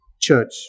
church